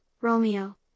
Romeo